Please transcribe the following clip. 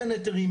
כן היתרים,